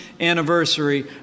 anniversary